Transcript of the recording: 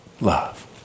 love